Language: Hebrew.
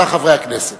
אתה חברי הכנסת.